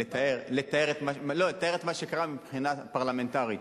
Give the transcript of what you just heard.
לתאר את מה שקרה מבחינה פרלמנטרית.